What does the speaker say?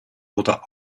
oder